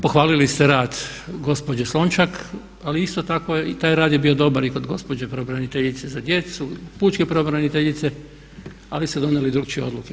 Pohvalili ste rad gospođe Slonjšak, ali isto tako i taj rad je bio dobar i kod gospođe pravobraniteljice za djecu, pučke pravobraniteljice ali ste donijeli drukčije odluke.